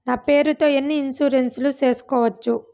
నా పేరుతో ఎన్ని ఇన్సూరెన్సులు సేసుకోవచ్చు?